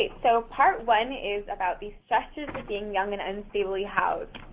so part one is about the stressors of being young and unstably housed.